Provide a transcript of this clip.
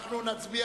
אני קובע